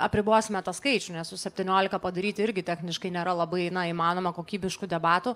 apribosime tą skaičių nes su septyniolika padaryti irgi techniškai nėra labai įmanoma kokybiškų debatų